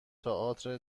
تئاتر